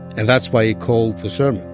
and that's why he called the sermon.